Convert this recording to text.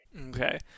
Okay